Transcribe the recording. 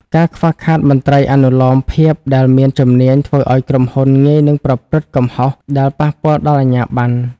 ការខ្វះខាតមន្ត្រីអនុលោមភាពដែលមាន ជំនាញ ធ្វើឱ្យក្រុមហ៊ុនងាយនឹងប្រព្រឹត្តកំហុសដែលប៉ះពាល់ដល់អាជ្ញាបណ្ណ។